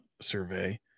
survey